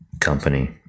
company